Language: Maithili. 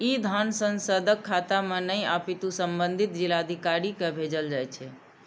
ई धन सांसदक खाता मे नहि, अपितु संबंधित जिलाधिकारी कें भेजल जाइ छै